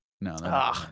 No